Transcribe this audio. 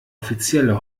offizielle